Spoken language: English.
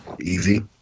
Easy